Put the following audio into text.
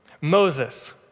Moses